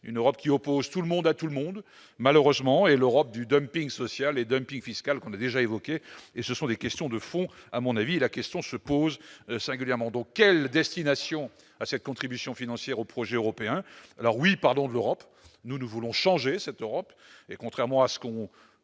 une Europe qui oppose tout le monde à tout le monde, malheureusement, c'est l'Europe du social et fiscal que l'on a déjà évoquée. Ce sont là des questions de fond. La question se pose singulièrement : quelle destination pour cette contribution financière au projet européen ? Alors oui, parlons de l'Europe. Nous, nous voulons changer cette Europe- contrairement à ce que